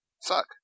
suck